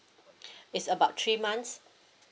it's about three months